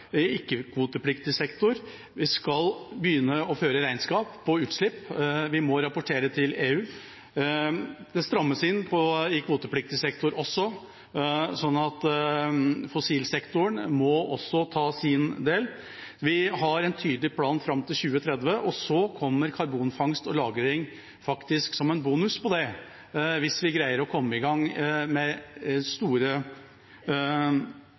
i ikke-kvotepliktig sektor, begynne å føre regnskap på utslipp. Vi må rapportere til EU. Det strammes inn i kvotepliktig sektor også, så fossilsektoren må også ta sin del. Vi har en tydelig plan fram til 2030, og så kommer karbonfangst og -lagring som en bonus hvis vi greier å komme i gang med